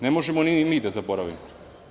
Ne možemo ni mi da zaboravimo.